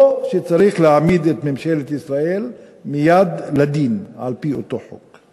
או שצריך להעמיד את ממשלת ישראל מייד לדין על-פי אותו חוק.